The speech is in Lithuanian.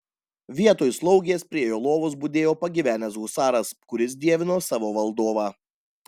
vietoj slaugės prie jo lovos budėjo pagyvenęs husaras kuris dievino savo valdovą